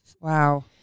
Wow